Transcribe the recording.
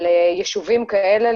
ליישובים כאלה,